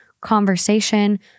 conversation